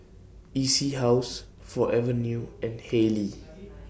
E C House Forever New and Haylee